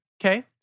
Okay